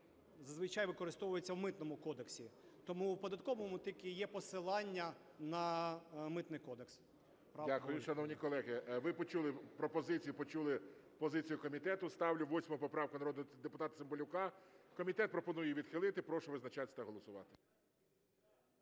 зазвичай використовуються в Митному кодексі, тому в Податковому тільки є посилання на Митний кодекс. ГОЛОВУЮЧИЙ. Дякую, шановні колеги. Ви почули пропозицію і почули позицію комітету. Ставлю 8 поправку народного депутата Цимбалюка. Комітет пропонує її відхилити. Прошу визначатись та голосувати.